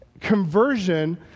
Conversion